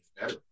better